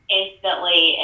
instantly